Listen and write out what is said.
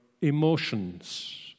emotions